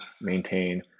maintain